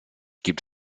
gibt